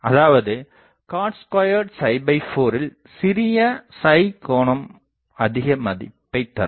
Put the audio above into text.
அதாவது cot24 இல் சிறிய கோனம் அதிகமதிப்பைதரும்